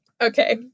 okay